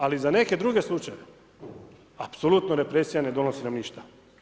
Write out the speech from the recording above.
Ali, za neke druge slučajeve, apsolutno represija nam ne donosi nam ništa.